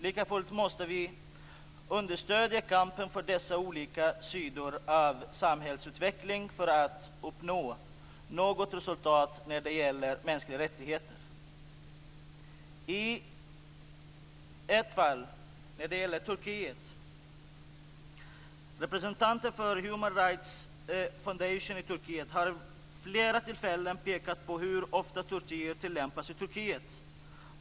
Likafullt måste vi understödja kampen för dessa olika sidor av samhällsutvecklingen för att uppnå något resultat när det gäller mänskliga rättigheter. I ett fall, när det gäller Turkiet, har representanter för Human Rights Foundation i Turkiet vid flera tillfällen pekat på hur ofta tortyr tillämpas i Turkiet.